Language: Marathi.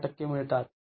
१३ टक्के मिळतात